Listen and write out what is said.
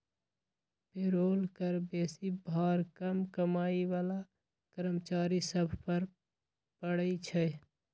payroll कर बेशी भार कम कमाइ बला कर्मचारि सभ पर पड़इ छै